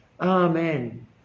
Amen